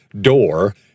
door